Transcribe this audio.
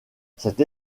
cette